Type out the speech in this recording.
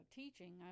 teaching